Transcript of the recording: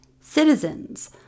citizens